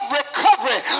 recovery